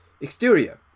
exterior